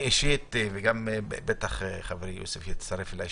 -- שאני אישית ובטח גם חברי יוסף יצטרף אליי,